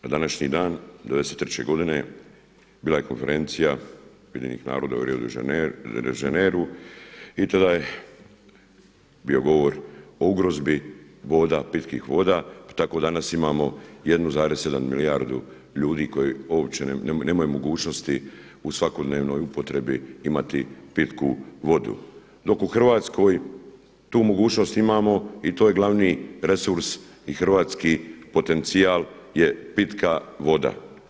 Na današnji dan '93. godine bila je Konferencija UN-a u Rio de Janeiru i tada je bio govor o ugrozbi pitkih voda, pa tako danas imamo 1,7 milijardu ljudi koji uopće nemaju mogućnosti u svakodnevnoj upotrebi imati pitku vodu, dok u Hrvatskoj tu mogućnost imamo i to je glavni resurs i hrvatski potencijal je pitka voda.